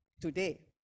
today